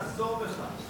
תחזור בך.